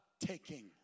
taking